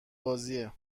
بازیه